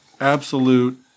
absolute